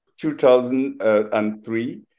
2003